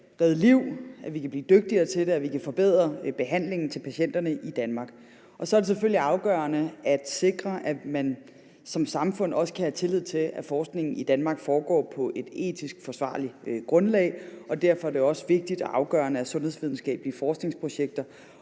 at vi kan blive dygtigere til det, og at vi kan forbedre behandlingen til patienterne i Danmark. Så er det selvfølgelig afgørende at sikre, at man samfund kan have tillid til, at forskningen i Danmark foregår på et etisk forsvarligt grundlag, og derfor er det også vigtigt og afgørende, at sundhedsvidenskabelige forskningsprojekter